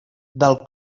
del